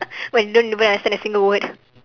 when don't even understand a single word